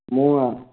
ମୁଁ